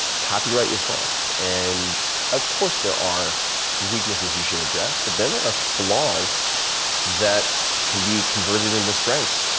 copyright your faults and of course there are weaknesses you should address but then there are flaws that can be converted into strengths.